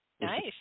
nice